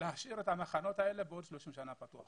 להשאיר את המחנות האלה פתוחים לעוד 30 שנה.